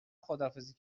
خداحافظی